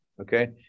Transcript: Okay